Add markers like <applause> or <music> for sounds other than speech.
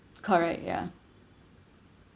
correct ya <laughs>